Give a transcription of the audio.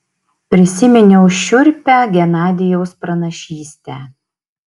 prisiminiau šiurpią genadijaus pranašystę